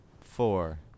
four